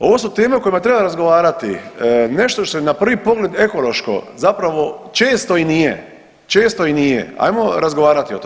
Ovo su teme o kojima treba razgovarati, nešto što je na prvi pogled ekološko zapravo često i nije, često i nije, ajmo razgovarati o tome.